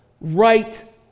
Right